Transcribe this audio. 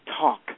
talk